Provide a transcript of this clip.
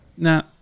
No